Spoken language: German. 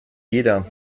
jeder